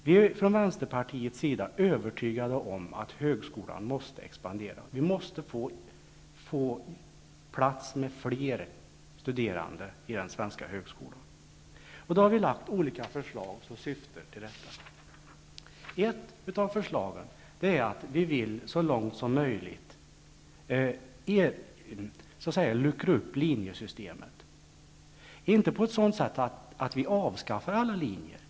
Vi är från Vänsterpartiets sida övertygade om att högskolan måste expandera. Vi måste få plats med fler studerande i den svenska högskolan. Vi har lagt fram olika förslag som syftar till detta. Ett av förslagen är att vi så långt som möjligt vill luckra upp linjesystemet. Vi menar inte att vi skall avskaffa alla linjer.